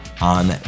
on